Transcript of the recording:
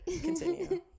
Continue